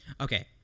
Okay